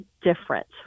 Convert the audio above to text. different